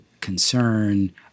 concern